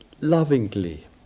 lovingly